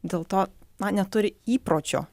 dėl to na neturi įpročio